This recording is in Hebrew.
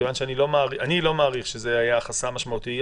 לא מעריך שזה היה חסם משמעותי,